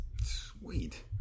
Sweet